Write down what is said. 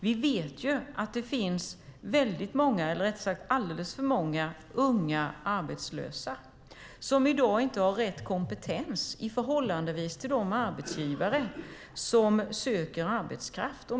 Vi vet ju att det finns alldeles för många unga arbetslösa som i dag inte har rätt kompetens i förhållande till de arbetsgivare som söker arbetskraft.